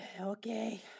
Okay